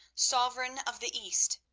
sovereign of the east,